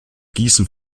gießen